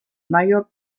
major